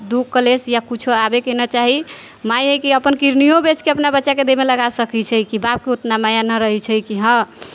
दुःख कलेश या किछु आबैके नहि चाही माइ हइ कि अपन किडनिओ बेचिके अपना बच्चाके देहमे लगा सकै छै कि बापके ओतना माया नहि रहै छै कि हँ